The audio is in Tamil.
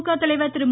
திமுக தலைவர் திரு